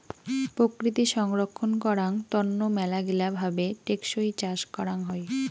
প্রকৃতি সংরক্ষণ করাং তন্ন মেলাগিলা ভাবে টেকসই চাষ করাং হই